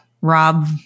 Rob